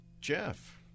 Jeff